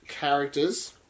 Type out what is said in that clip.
characters